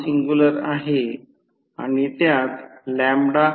49 49 0 अर्धा आहे ते 9